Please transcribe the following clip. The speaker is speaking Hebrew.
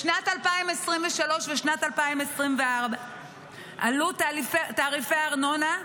בשנת 2023 ובשנת 2024 עלו תעריפי הארנונה,